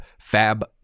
fab